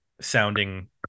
sounding